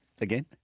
Again